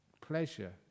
pleasure